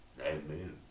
Amen